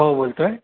हो बोलतो आहे